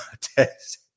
test